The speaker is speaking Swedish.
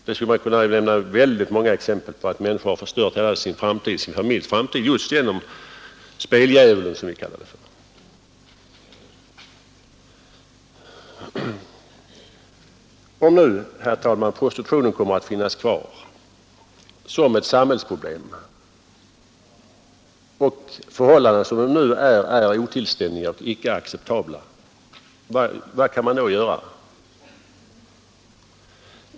Väldigt många exempel skulle kunna anföras på att människor har förstört hela sin och sin familjs framtid just genom speldjävulen, som vi kallar det. Om nu, herr talman, prostitutionen kommer att finnas kvar som ett samhällsproblem och förhållandena, som de nu är, är otillständiga och icke acceptabla — vad kan man då göra?